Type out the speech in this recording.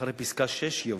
אחרי פסקה (6) יבוא: